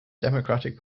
democratic